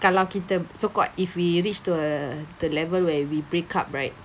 kalau kita so called if we reach to a to a level where we break up right